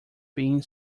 being